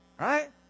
right